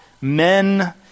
men